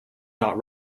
not